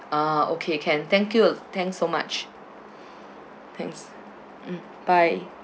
ah okay can thank you thanks so much thanks mm bye